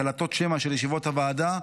קלטות שמע של ישיבות הוועדה,